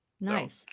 Nice